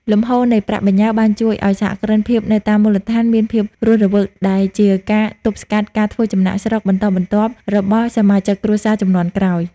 លំហូរនៃប្រាក់បញ្ញើបានជួយឱ្យសហគ្រិនភាពនៅតាមមូលដ្ឋានមានភាពរស់រវើក ដែលជាការទប់ស្កាត់ការធ្វើចំណាកស្រុកបន្តបន្ទាប់របស់សមាជិកគ្រួសារជំនាន់ក្រោយ។